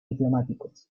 diplomáticos